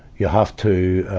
you have to,